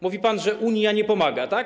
Mówi pan, że Unia nie pomaga, tak?